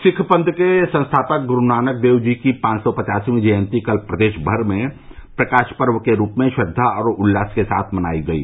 सिख पंथ के संस्थापक गुरूनानक देव जी की पाँच सौ पचासवीं जयन्ती कल प्रदेशभर में प्रकाश पर्व के रूप में श्रद्वा और उल्लास के साथ मनायी गयी